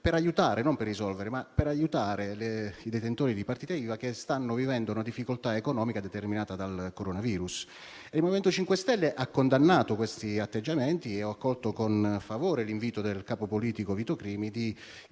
previsto dal Governo per aiutare i detentori di partite IVA che stanno vivendo una difficoltà economica determinata dal coronavirus. Il MoVimento 5 Stelle ha condannato questi atteggiamenti e ho accolto con favore l'invito del capo politico Vito Crimi di